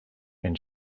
and